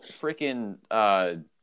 freaking